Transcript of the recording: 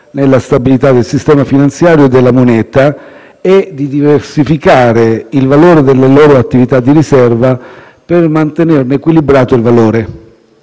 nella stabilità del sistema finanziario e della moneta e di diversificare il valore delle loro attività di riserva per mantenerne equilibrato il valore.